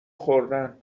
خوردن